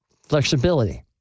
Flexibility